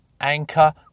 anchor